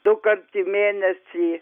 dukart į mėnesį